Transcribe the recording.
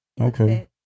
Okay